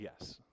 yes